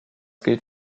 gilt